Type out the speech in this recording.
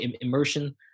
immersion